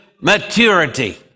maturity